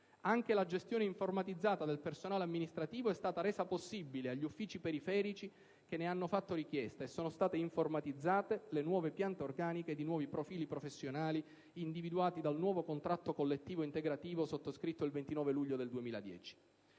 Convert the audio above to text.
Anche la gestione informatizzata del personale amministrativo è stata resa possibile agli uffici periferici che ne hanno fatto richiesta, e sono state informatizzate le nuove piante organiche di nuovi profili professionali, individuati dal nuovo contratto collettivo integrativo, sottoscritto il 29 luglio 2010.